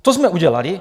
To jsme udělali.